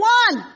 one